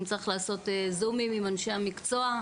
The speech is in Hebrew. אם צריך, נעשה זומים עם אנשי המקצוע,